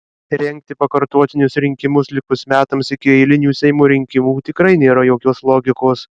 rengti pakartotinius rinkimus likus metams iki eilinių seimo rinkimų tikrai nėra jokios logikos